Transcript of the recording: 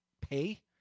pay